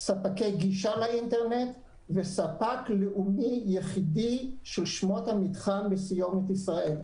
ספקי גישה לאינטרנט וספק לאומי יחידי של שמות המתחם בסיומת ישראל.